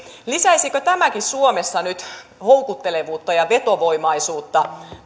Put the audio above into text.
lisäisivätkö koulutussopimus ja oppisopimus suomessa nyt houkuttelevuutta ja vetovoimaisuutta